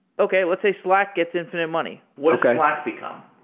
okay. let's say slack gets infi nite money. what does slack become?